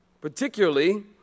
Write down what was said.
Particularly